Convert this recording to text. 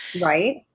Right